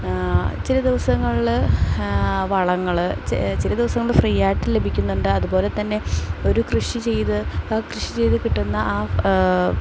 ചില ദിവസങ്ങളിൽ വളങ്ങൾ ചില ദിവസങ്ങളിൽ ഫ്രീ ആയിട്ട് ലഭിക്കുന്നുണ്ട് അതുപോലെത്തന്നെ ഒരു കൃഷി ചെയ്ത് ആ കൃഷി ചെയ്തുകിട്ടുന്ന ആ